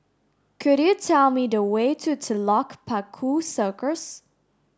could you tell me the way to Telok Paku Circus